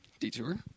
detour